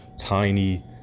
tiny